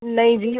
ਨਹੀਂ ਜੀ